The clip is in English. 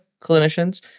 clinicians